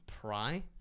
pry